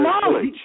knowledge